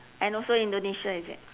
and also indonesia is it